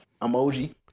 emoji